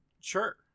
sure